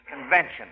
convention